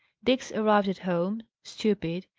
diggs arrived at home, stupid.